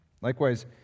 Likewise